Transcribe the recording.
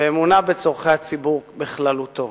ואמונה בצורכי הציבור בכללותו.